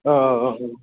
औ औ औ